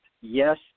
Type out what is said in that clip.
yes